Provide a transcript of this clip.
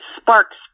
sparks